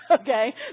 okay